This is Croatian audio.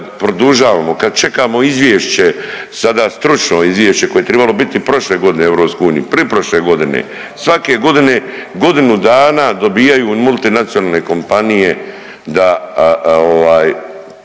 produžavamo, kad čekamo izvješće, sada stručno izvješće koje je tribalo biti prošle godine u EU, priprošle godine, svake godine godinu dana dobijaju multinacionalne kompanije da